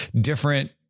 different